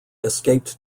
escaped